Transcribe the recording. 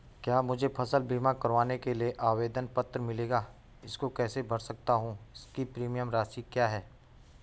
क्या मुझे फसल बीमा करवाने के लिए आवेदन पत्र मिलेगा इसको मैं कैसे भर सकता हूँ इसकी प्रीमियम राशि क्या है?